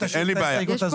תשאירו את ההסתייגות הזאת.